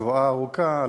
הזרוע הארוכה,